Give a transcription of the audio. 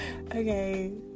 okay